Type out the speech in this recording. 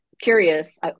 curious